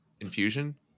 Infusion